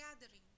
gathering